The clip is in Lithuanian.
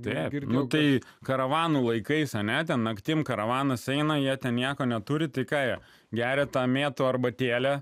čia nu tai karavanų laikais ane naktim karavanas eina jie ten nieko neturi tai ką jie geria tą mėtų arbatėlę